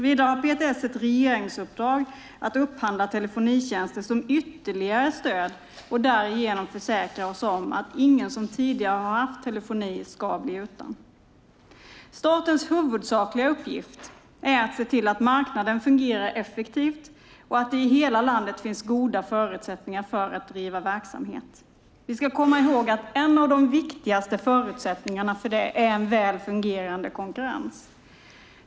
Vidare har PTS ett regeringsuppdrag att upphandla telefonitjänster som ytterligare stöd och därigenom försäkra oss om att ingen som tidigare har haft telefoni ska bli utan. Statens huvudsakliga uppgift är att se till att marknaden fungerar effektivt och att det i hela landet finns goda förutsättningar för att driva verksamhet. Vi ska komma ihåg att en av de viktigaste förutsättningarna för det är en väl fungerande konkurrens.